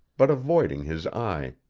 but avoiding his eye.